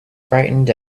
frightened